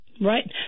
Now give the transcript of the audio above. Right